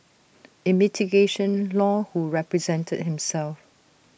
in mitigation law who represented himself